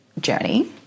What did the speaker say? journey